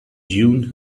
dune